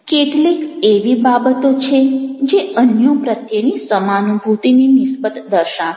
કેટલીક એવી બાબતો છે જે અન્યો પ્રત્યેની સમાનુભૂતિની નિસ્બત દર્શાવે છે